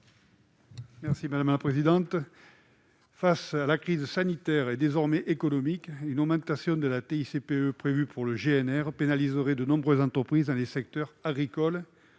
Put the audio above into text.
est à M. André Guiol. Face à la crise sanitaire et désormais économique, l'augmentation de la TICPE prévue pour le GNR pénaliserait de nombreuses entreprises dans les secteurs agricole,